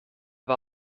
war